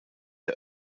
der